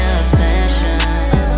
obsession